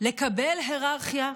לקבל היררכיה,